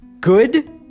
Good